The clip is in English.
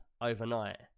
overnight